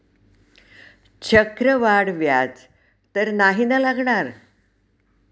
चक्रवाढ व्याज तर नाही ना लागणार?